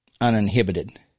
uninhibited